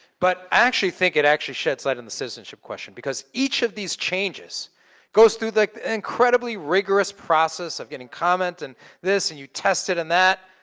but i actually think it actually sheds light on the citizenship question because each of these changes goes through the incredibly rigorous process of getting comments and this and you test it and that.